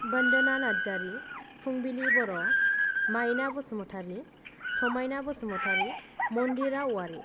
बन्दना नार्जारि फुंबिलि बर' माइना बसुमतारि समायना बसुमतारि मन्दिरा वारि